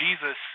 Jesus